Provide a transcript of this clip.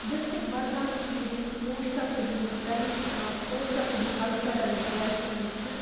district بَڈگامَس مَنٛز یِم سوشَل تہٕ بیٚیہِ یِم ٹریڈِش سوشَل تہٕ بیٚیہِ کلچرل یِم ٹریڈِشنٕز چھِ